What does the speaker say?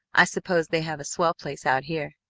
i suppose they have a swell place out here?